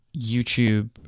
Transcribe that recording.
youtube